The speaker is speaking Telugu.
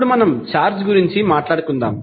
ఇప్పుడు మనం ఛార్జ్ గురించి మాట్లాడుకుందాం